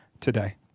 today